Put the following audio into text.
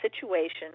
situation